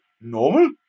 Normal